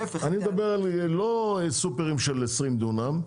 אני מדבר לא על סופרים של 20 דונם,